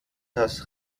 das